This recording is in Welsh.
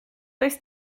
does